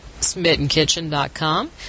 smittenkitchen.com